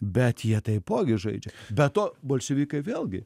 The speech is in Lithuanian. bet jie taipogi žaidžia be to bolševikai vėlgi